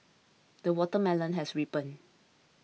the watermelon has ripened